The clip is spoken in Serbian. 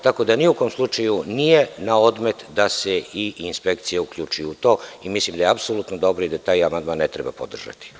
Tako da, ni u kom slučaju nije na odmet da se i inspekcija uključi u to, i mislim da je apsolutno dobro i da taj amandman ne treba podržati.